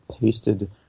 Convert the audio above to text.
pasted